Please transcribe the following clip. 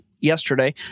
yesterday